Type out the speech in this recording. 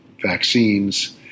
vaccines